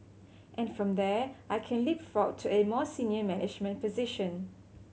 and from there I can leapfrog to a more senior management position